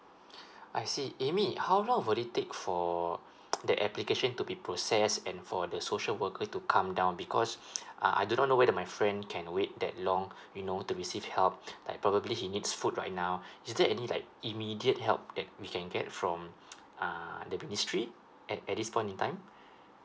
I see amy how long will it take for that application to be process and for the social worker to come down because uh I do not know whether my friend can wait that long you know to receive help like probably he needs food right now is there any like immediate help that we can get from uh the ministry at at this point in time